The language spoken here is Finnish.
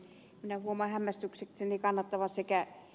minä huomaan hämmästyksekseni kannattavani sekä ed